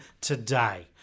today